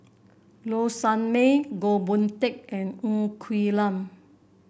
Low Sanmay Goh Boon Teck and Ng Quee Lam